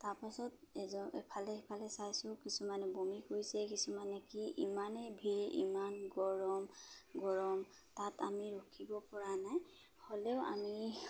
তাৰাপাছত এজন এফালে সিফালে চাইছোঁ কিছুমানে বমি কছে কিছুমানে কি ইমানেই ভিৰ ইমান গৰম গৰম তাত আমি ৰখিবপৰা নাই হ'লেও আমি